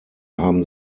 haben